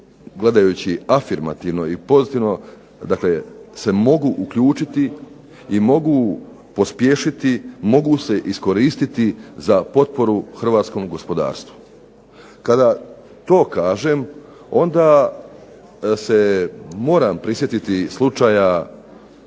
gledajući afirmativno i pozitivno se mogu uključiti, mogu pospješiti, mogu se iskoristiti za potporu hrvatskom gospodarstvu. Kada to kažem onda se moram prisjetit slučaja